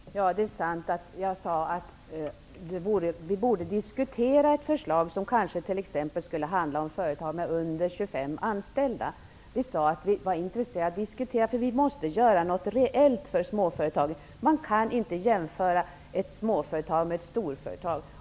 Herr talman! Det är sant att jag sade att vi borde diskutera ett förslag som t.ex. kanske skulle handla om företag med mindre än 25 anställda. Vi sade att vi var intresserade av att diskutera detta, därför att det måste göras något reellt för småföretagen. Man kan inte jämföra ett småföretag med ett storföretag.